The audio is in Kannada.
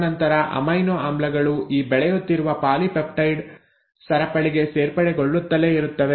ತದನಂತರ ಅಮೈನೊ ಆಮ್ಲಗಳು ಈ ಬೆಳೆಯುತ್ತಿರುವ ಪಾಲಿಪೆಪ್ಟೈಡ್ ಸರಪಳಿಗೆ ಸೇರ್ಪಡೆಗೊಳ್ಳುತ್ತಲೇ ಇರುತ್ತವೆ